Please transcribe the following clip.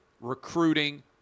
recruiting